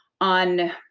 on